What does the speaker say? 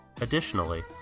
Additionally